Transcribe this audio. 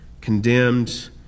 condemned